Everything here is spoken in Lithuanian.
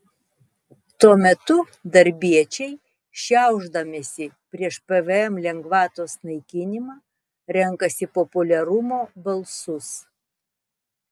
tuo metu darbiečiai šiaušdamiesi prieš pvm lengvatos naikinimą renkasi populiarumo balsus